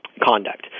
conduct